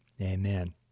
Amen